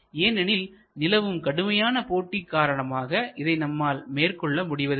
ஏனெனில் நிலவும் கடுமையான போட்டி காரணமாக இதை நம்மால் மேற்கொள்ள முடிவதில்லை